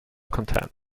content